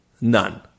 None